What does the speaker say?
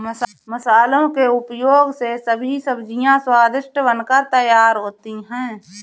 मसालों के उपयोग से सभी सब्जियां स्वादिष्ट बनकर तैयार होती हैं